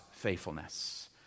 faithfulness